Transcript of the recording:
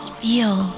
feel